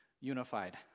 Unified